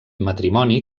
matrimoni